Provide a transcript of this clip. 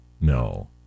No